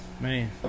man